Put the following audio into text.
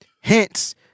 hence